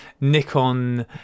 Nikon